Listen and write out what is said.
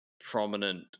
prominent